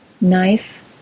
Knife